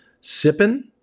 Sipping